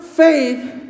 Faith